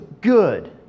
good